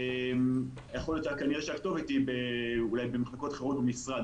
יכול להיות כנראה שהכתובת היא אולי במחלקות אחרות במשרד.